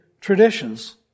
traditions